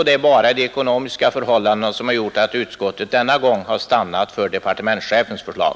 Det är som sagt bara de ekonomiska förhållandena som gjort att utskottet denna gång har stannat för departementschefens förslag.